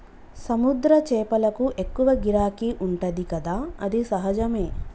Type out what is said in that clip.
సముద్ర చేపలకు ఎక్కువ గిరాకీ ఉంటది కదా అది సహజమే